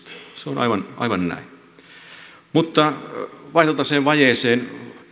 se on aivan aivan näin mutta vaihtotaseen vajeeseen